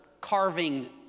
carving